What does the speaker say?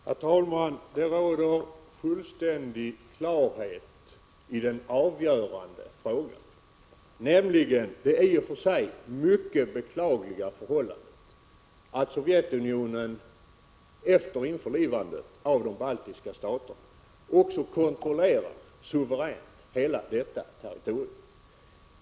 Herr talman! Det råder fullständig klarhet i den avgörande frågan, som gäller det i och för sig mycket beklagliga förhållandet att Sovjetunionen efter införlivandet av de baltiska staterna också suveränt kontrollerar hela detta territorium.